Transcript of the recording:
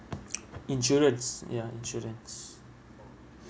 insurance ya insurance